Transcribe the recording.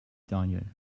daniel